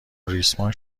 ریسمان